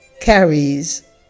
carries